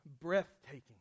breathtaking